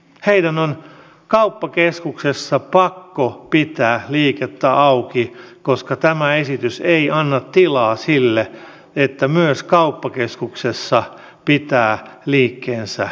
heidän on kauppakeskuksessa pakko pitää liikettä auki koska tämä esitys ei anna tilaa sille että myös kauppakeskuksessa pitää liikkeensä kiinni